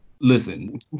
Listen